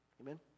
Amen